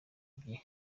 bye